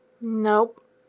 Nope